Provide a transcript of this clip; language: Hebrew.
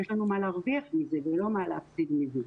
יש לנו מה להרוויח מזה ולא מה להפסיד מזה.